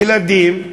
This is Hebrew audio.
הילדים,